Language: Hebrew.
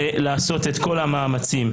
ולעשות את כל המאמצים,